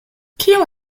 kio